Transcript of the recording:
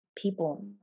people